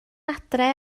adre